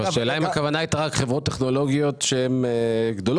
השאלה אם הכוונה הייתה רק חברות טכנולוגיות שהן גדולות.